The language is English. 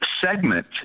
segment